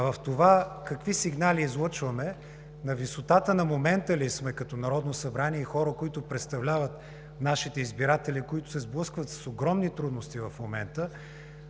а от това какви сигнали излъчваме; на висотата на момента ли сме като Народно събрание и хора, които представляват нашите избиратели, които се сблъскват с огромни трудности в момента;